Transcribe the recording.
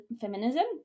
feminism